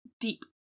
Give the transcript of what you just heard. deep